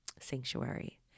sanctuary